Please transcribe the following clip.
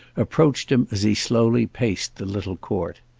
approached him as he slowly paced the little court.